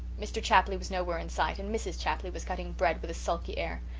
mr. chapley was nowhere in sight and mrs. chapley was cutting bread with a sulky air.